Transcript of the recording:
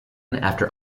after